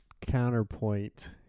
counterpoint